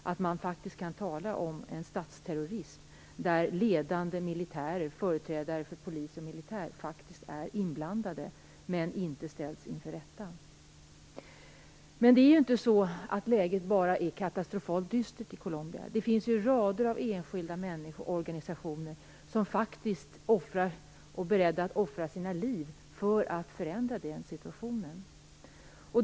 Man kan faktiskt tala om en statsterrorism, där ledande företrädare för polis och militär faktiskt är inblandade men inte ställs inför rätta. Men det är inte bara så att läget är katastrofalt dystert i Colombia. Det finns rader av enskilda människorättsorganisationer där man är beredd att offra sina liv och faktiskt gör det för att förändra situationen.